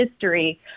history